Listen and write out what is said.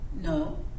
no